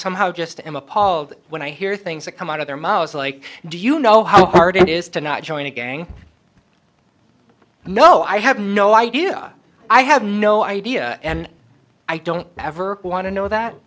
somehow just am appalled when i hear things that come out of their mouths like do you know how hard it is to not join a gang no i have no idea i have no idea and i don't ever want to know that